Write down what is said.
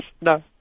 No